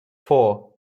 four